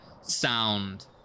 sound